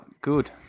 Good